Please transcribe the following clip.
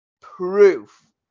proof